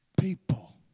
people